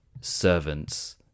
servants